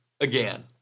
again